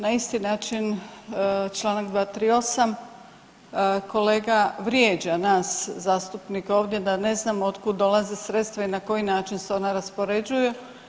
Na isti način čl. 238, kolega vrijeđa nas zastupnike ovdje da ne znamo od kud dolaze sredstva i na koji način se ona raspoređuju.